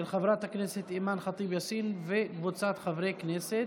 של חברת הכנסת אימאן ח'טיב יאסין וקבוצת חברי כנסת.